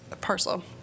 parcel